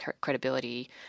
credibility